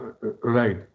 right